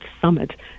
Summit